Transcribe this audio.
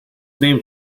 named